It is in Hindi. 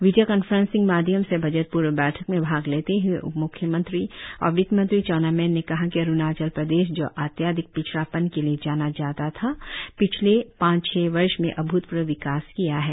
वीडियो कॉन्फ्रेन्सिंग माध्यम से बजट पर्व बैठक में भाग लेते हए उपम्ख्यमंत्री और वित्तमंत्री चाउना मैन ने कहा कि अरुणाचल प्रदेश जो अत्याधिक पिछड़ापन के लिए जाना जाता था पिछले पांच छह वर्ष में अभ्ञतपूर्व विकास किया है